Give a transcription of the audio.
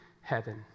heaven